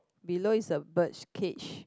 below is a bird's cage